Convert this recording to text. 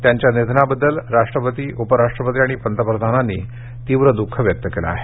त्यांच्या निधनाबद्दल राष्ट्रपती उपराष्ट्रपती पतप्रधान यांनी तीव्र दुःख व्यक्त केलं आहे